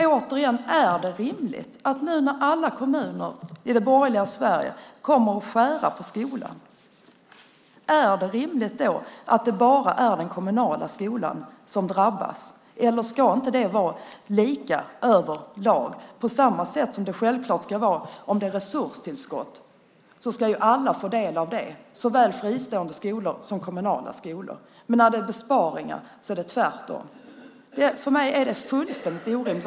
Återigen: När alla kommuner i det borgerliga Sverige nu kommer att skära på skolan, är det då rimligt att det bara är den kommunala skolan som drabbas? Ska inte det vara lika överlag? Om det är resurstillskott ska alla självklart få del av det på samma sätt, såväl fristående skolor som kommunala skolor. Men när det är besparingar är det tvärtom. För mig är det fullständigt orimligt.